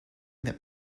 that